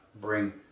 bring